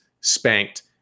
spanked